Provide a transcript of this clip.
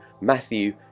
Matthew